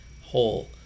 whole